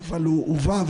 אנחנו מתחילים בישיבה.